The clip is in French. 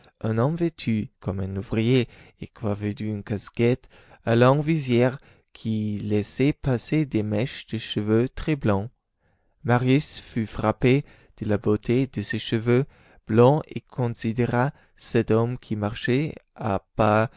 un homme vêtu comme un ouvrier et coiffé d'une casquette à longue visière qui laissait passer des mèches de cheveux très blancs marius fut frappé de la beauté de ces cheveux blancs et considéra cet homme qui marchait à pas